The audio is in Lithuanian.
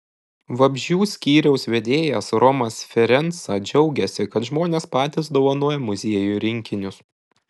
vabzdžių skyriaus vedėjas romas ferenca džiaugiasi kad žmonės patys dovanoja muziejui rinkinius